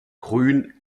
grün